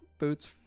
boots